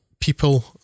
people